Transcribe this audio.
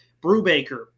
Brubaker